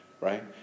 right